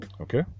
Okay